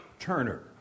Turner